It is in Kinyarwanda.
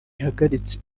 ihagaritse